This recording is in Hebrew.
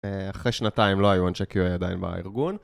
אחרי שנתיים לא היו אנשי QA עדיין בארגון.